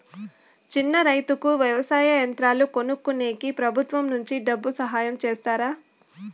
చిన్న రైతుకు వ్యవసాయ యంత్రాలు కొనుక్కునేకి ప్రభుత్వం నుంచి డబ్బు సహాయం చేస్తారా?